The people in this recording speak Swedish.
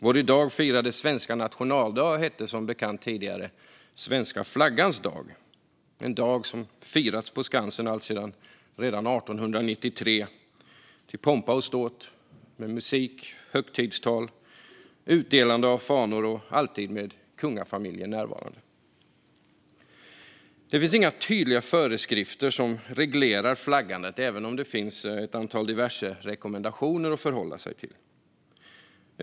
Vår i dag firade svenska nationaldag hette som bekant tidigare svenska flaggans dag. Det är en dag som firats på Skansen alltsedan 1893 till pompa och ståt, med musik, högtidstal och utdelande av fanor, alltid med kungafamiljen närvarande. Det finns inga tydliga föreskrifter som reglerar flaggande även om det finns diverse rekommendationer att förhålla sig till.